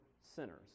sinners